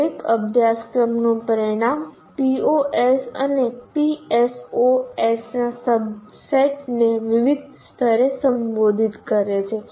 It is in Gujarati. દરેક અભ્યાસક્રમનું પરિણામ POs અને PSOs ના સબસેટને વિવિધ સ્તરે સંબોધિત કરે છે